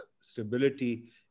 stability